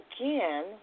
again